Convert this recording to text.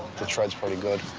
the tread's pretty good.